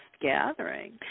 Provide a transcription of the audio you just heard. gathering